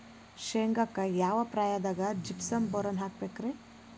ಶೇಂಗಾಕ್ಕ ಯಾವ ಪ್ರಾಯದಾಗ ಜಿಪ್ಸಂ ಬೋರಾನ್ ಹಾಕಬೇಕ ರಿ?